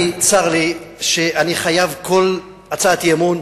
צר לי שאני חייב כל הצעת אי-אמון